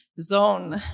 zone